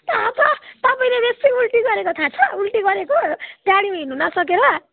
थाह छ तपाईँले बेसी उल्टी गरेको थाह छ उल्टी गरेको गाडीमा हिँड्नु नसकेर